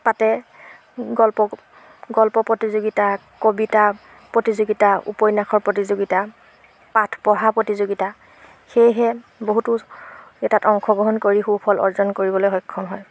পাতে গল্প গল্প প্ৰতিযোগিতা কবিতা প্ৰতিযোগিতা উপন্যাসৰ প্ৰতিযোগিতা পাঠ পঢ়া প্ৰতিযোগিতা সেয়েহে বহুতো তাত অংশগ্ৰহণ কৰি সুফল অৰ্জন কৰিবলৈ সক্ষম হয়